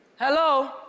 Hello